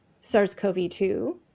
SARS-CoV-2